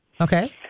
Okay